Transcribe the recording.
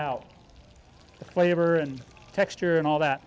out flavor and texture and all that